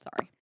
Sorry